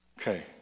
Okay